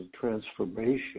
transformation